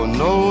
no